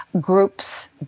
groups